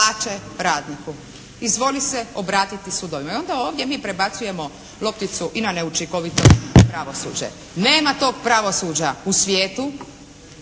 plaće radniku. Izvoli se obratiti sudovima i onda ovdje mi prebacujemo lopticu i na neučinkovito pravosuđe. Nema tog pravosuđa u svijetu